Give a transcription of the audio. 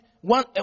one